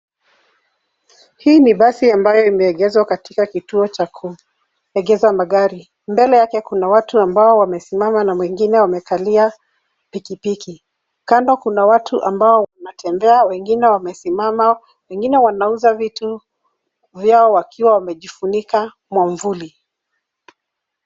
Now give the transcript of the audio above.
Hii ni basi ambayo imeegezwa katika kituo cha kuegeza magari. Mbele yake kuna watu ambao wamesimama na mwengine amekalia pikipiki. Kando kuna watu ambao wanatembea na wengine wamesimama, wengine wanauza vitu vyao wakiwa wamejifunika mwavuli.